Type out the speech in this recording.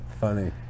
funny